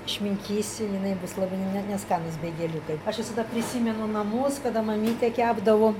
išminkysi jinai bus labai ne neskanūs beigeliukai aš visada prisimenu namus kada mamytė kepdavo